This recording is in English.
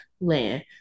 land